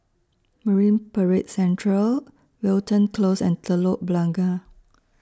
Marine Parade Central Wilton Close and Telok Blangah